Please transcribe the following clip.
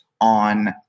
on